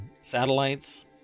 satellites